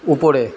উপরে